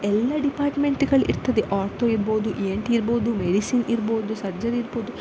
ಎಲ್ಲ ಡಿಪಾರ್ಟ್ಮೆಂಟ್ಗಳು ಇರ್ತದೆ ಆರ್ತೋ ಇರ್ಬೋದು ಇ ಎನ್ ಟಿ ಇರ್ಬೋದು ಮೆಡಿಸಿನ್ ಇರ್ಬೋದು ಸರ್ಜರಿ ಇರ್ಬೋದು